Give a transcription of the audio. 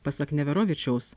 pasak neverovičiaus